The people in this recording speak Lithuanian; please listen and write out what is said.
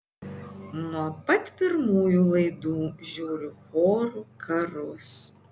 nuo pat pirmųjų laidų žiūriu chorų karus